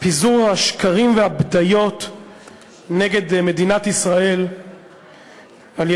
פיזור השקרים והבדיות נגד מדינת ישראל על-ידי